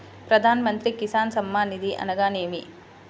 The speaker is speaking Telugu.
ప్రధాన మంత్రి కిసాన్ సన్మాన్ నిధి అనగా ఏమి?